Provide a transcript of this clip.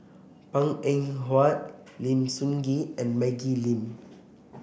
Png Eng Huat Lim Sun Gee and Maggie Lim